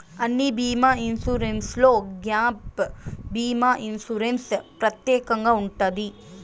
అన్ని బీమా ఇన్సూరెన్స్లో గ్యాప్ భీమా ఇన్సూరెన్స్ ప్రత్యేకంగా ఉంటది